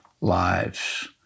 lives